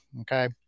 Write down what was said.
Okay